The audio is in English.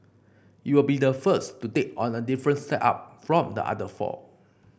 it will be the first to take on a different setup from the other four